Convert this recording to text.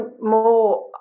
more